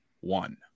one